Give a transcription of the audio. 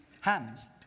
Hands